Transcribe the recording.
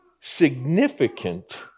significant